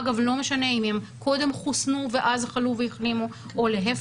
אגב לא משנה אם קודם חוסנו ואז חלו והחלימו או להיפך,